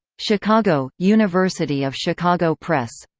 chicago university of chicago press.